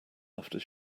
after